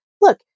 look